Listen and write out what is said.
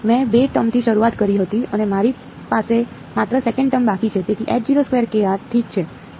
મેં બે ટર્મથી શરૂઆત કરી હતી અને મારી પાસે માત્ર સેકંડ ટર્મ બાકી છે તેથી ઠીક છે